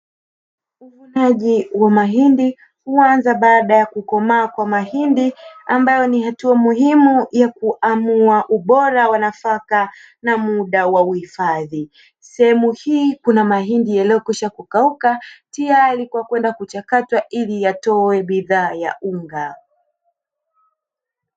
Uvunaji wa mahindi huanza baada ya kukomaa kwa mahindi ambayo ni hatua muhimu ya kuamua ubora wa nafaka na muda wa uhifadhi. Sehemu hii kuna mahindi yaliyokwisha kukauka, tayari kwenda kuchakatwa ili yatoe bidhaa ya unga.